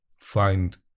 find